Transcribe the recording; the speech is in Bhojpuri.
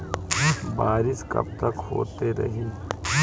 बरिस कबतक होते रही?